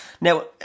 Now